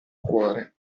cuore